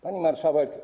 Pani Marszałek!